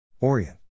Orient